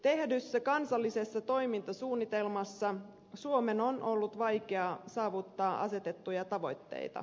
tehdyssä kansallisessa toimintasuunnitelmassa suomen on ollut vaikea saavuttaa asetettuja tavoitteita